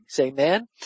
amen